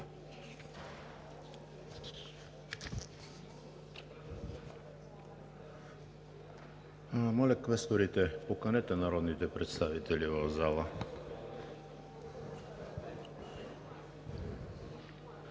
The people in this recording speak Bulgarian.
Моля, квесторите, поканете народните представители да